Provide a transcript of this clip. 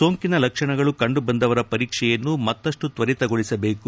ಸೋಂಕಿನ ಲಕ್ಷಣಗಳು ಕಂಡು ಬಂದವರ ಪರೀಕ್ಷೆಯನ್ನು ಮತ್ತಷ್ಲು ತ್ವರಿತಗೊಳಿಸಬೇಕು